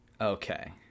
Okay